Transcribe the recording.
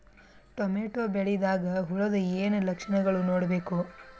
Tomato ಬೆಳಿದಾಗ್ ಹುಳದ ಏನ್ ಲಕ್ಷಣಗಳು ನೋಡ್ಬೇಕು?